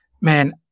man